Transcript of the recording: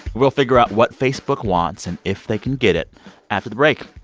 we'll figure out what facebook wants and if they can get it after the break.